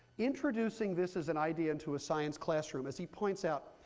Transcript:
introducing this as an idea into a science classroom, as he points out,